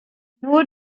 nur